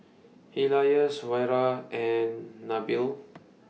Elyas Wira and Nabil